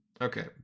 Okay